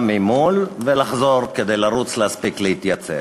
ממול ולחזור בריצה כדי להספיק להתייצב.